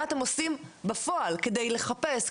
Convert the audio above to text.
מה אתם עושים בפועל כדי לחפש,